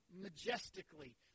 majestically